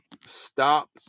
stop